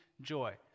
joy